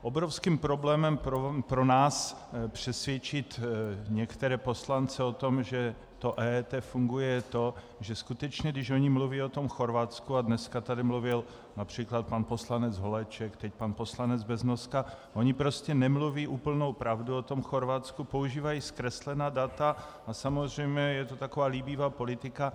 Obrovským problém pro nás přesvědčit některé poslance o tom, že to EET funguje, je to, že skutečně když oni mluví o tom Chorvatsku a dneska tady mluvil například pan poslanec Holeček, teď pan poslanec Beznoska, oni prostě nemluví úplnou pravdu o tom Chorvatsku, používají zkreslená data a samozřejmě je to taková líbivá politika.